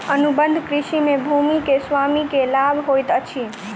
अनुबंध कृषि में भूमि के स्वामी के लाभ होइत अछि